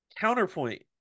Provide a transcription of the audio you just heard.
Counterpoint